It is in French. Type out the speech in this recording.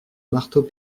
marteau